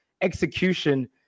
execution